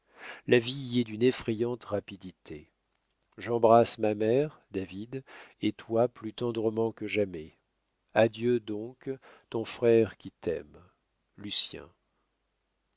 la vie y est d'une effrayante rapidité j'embrasse ma mère david et toi plus tendrement que jamais adieu donc ton frère qui t'aime lucien